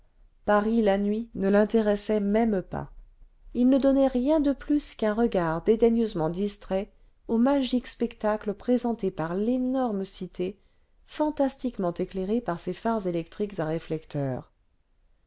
paris la nuit ne l'intéressait même pas h ne donnait rien de plus qu'un regard dédaigneusement distrait au magique spectacle présenté par l'énorme cité fantastiquement éclairée par ses phares électriques à réflecteurs